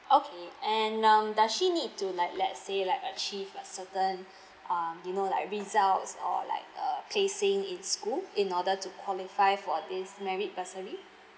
okay and um does she need to like let's say like achieve a certain um you know like results or like uh placing in school in order to qualify for this merit bursary